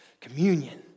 communion